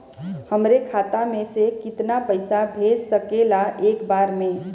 हमरे खाता में से कितना पईसा भेज सकेला एक बार में?